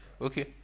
Okay